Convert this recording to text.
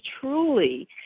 truly